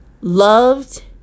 loved